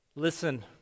Listen